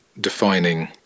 defining